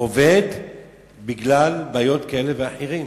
עובד בגלל בעיות כאלה ואחרות.